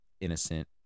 innocent